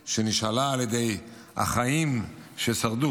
שנשאלה על ידי החיים ששרדו,